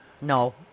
No